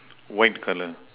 white colour